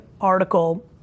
article